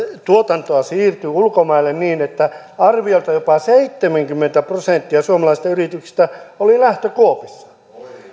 tuotantoa siirtyi ulkomaille niin että arviolta jopa seitsemänkymmentä prosenttia suomalaisista yrityksistä oli lähtökuopissa